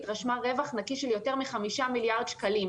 רשמה רווח נקי של יותר מחמישה מיליארד שקלים.